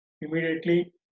Immediately